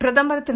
பிரதமர் திரு